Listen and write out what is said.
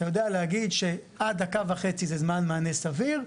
אתה יודע להגיד שעד דקה וחצי זה זמן מענה סביר,